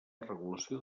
regulació